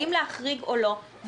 האם להחריג או לא,